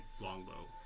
longbow